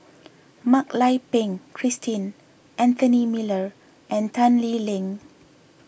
Mak Lai Peng Christine Anthony Miller and Tan Lee Leng